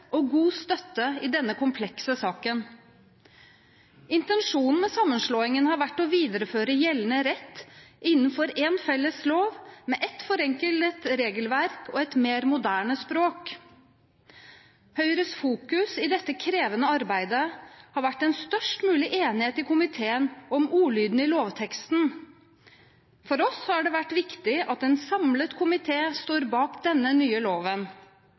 og god støtte i denne komplekse saken. Intensjonen med sammenslåingen har vært å videreføre gjeldende rett innenfor én felles lov med et forenklet regelverk og et mer moderne språk. Høyres fokus i dette krevende arbeidet har vært en størst mulig enighet i komiteen om ordlyden i lovteksten. For oss har det vært viktig at en samlet komité står bak denne nye loven.